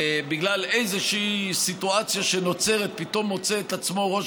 בגלל איזושהי סיטואציה שנוצרת פתאום מוצא את עצמו ראש